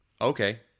Okay